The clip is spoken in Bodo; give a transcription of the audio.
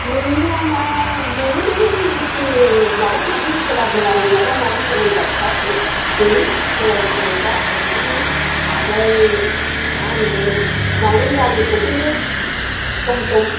मोननाया मा मोनो बे स्कुल नि माबा माबि खेला धुलानि माबा माबि सरनजाब फिसा फिसौ मोनो खेला गेलेग्रा गथ'फोरनि ओमफ्राय मा होनो माइरं दालि सफैयो सम सम